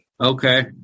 Okay